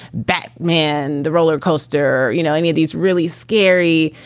bat man. the roller coaster, you know, any of these really scary,